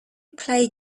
play